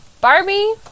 Barbie